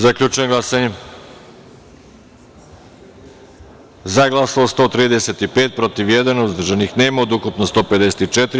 Zaključujem glasanje: za - 135, protiv - jedan, uzdržanih – nema, ukupno – 154.